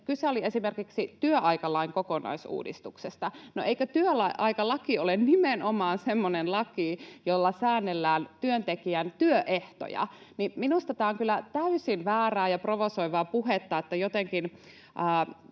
Kyse oli esimerkiksi työaikalain kokonaisuudistuksesta. No, eikö työaikalaki ole nimenomaan semmoinen laki, jolla säännellään työntekijän työehtoja? Minusta tämä on kyllä täysin väärää ja provosoivaa puhetta, että jotenkin